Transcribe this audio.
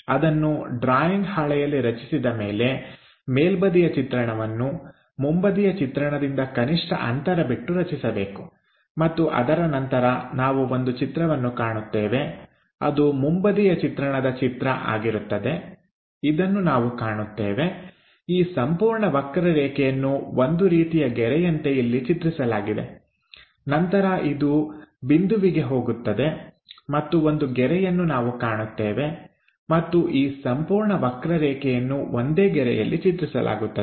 ಅದನ್ನು ಡ್ರಾಯಿಂಗ್ ಹಾಳೆಯಲ್ಲಿ ರಚಿಸಿದ ಮೇಲೆ ಮೇಲ್ಬದಿಯ ಚಿತ್ರಣವನ್ನು ಮುಂಬದಿಯ ಚಿತ್ರಣದಿಂದ ಕನಿಷ್ಠ ಅಂತರಬಿಟ್ಟು ರಚಿಸಬೇಕು ಮತ್ತು ಅದರ ನಂತರ ನಾವು ಒಂದು ಚಿತ್ರವನ್ನು ಕಾಣುತ್ತೇವೆ ಅದು ಮುಂಬದಿಯ ಚಿತ್ರಣದ ಚಿತ್ರ ಆಗಿರುತ್ತದೆ ಇದನ್ನು ನಾವು ಕಾಣುತ್ತೇವೆ ಈ ಸಂಪೂರ್ಣ ವಕ್ರರೇಖೆಯನ್ನು ಒಂದು ರೀತಿಯ ಗೆರೆಯಂತೆ ಇಲ್ಲಿ ಚಿತ್ರಿಸಲಾಗಿದೆ ನಂತರ ಇದು ಬಿಂದುವಿಗೆ ಹೋಗುತ್ತದೆ ಮತ್ತು ಒಂದು ಗೆರೆಯನ್ನು ನಾವು ಕಾಣುತ್ತೇವೆ ಮತ್ತು ಈ ಸಂಪೂರ್ಣ ವಕ್ರರೇಖೆಯನ್ನು ಒಂದೇ ಗೆರೆಯಲ್ಲಿ ಚಿತ್ರಿಸಲಾಗುತ್ತದೆ